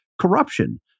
corruption